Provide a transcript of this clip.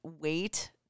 wait